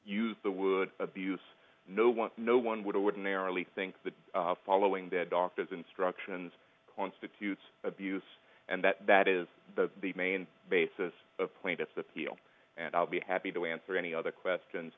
use the word abuse no one no one would ordinarily think that following that doctor's instructions constitutes abuse and that that is the main basis point its appeal and i'll be happy to answer any other questions